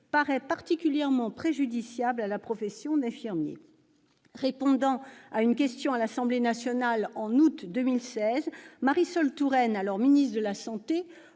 paraît particulièrement préjudiciable à la profession d'infirmier ». Répondant à une question posée à l'Assemblée nationale en août 2016, Marisol Touraine, alors ministre des affaires